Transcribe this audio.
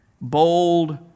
bold